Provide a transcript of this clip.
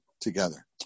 together